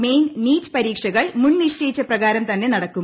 main NEET പരീക്ഷകൾ മുൻനിശ്ചയിച്ചു പ്രകാരം തന്നെ നടക്കും